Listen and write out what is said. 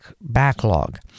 backlog